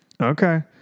Okay